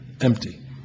empty